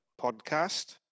podcast